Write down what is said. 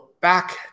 back